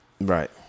Right